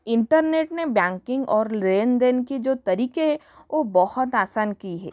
internet में banking और लेन देन के जो तरीके हैं ओ बहुत आसान की है